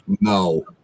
No